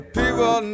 people